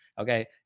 okay